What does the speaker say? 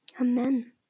amen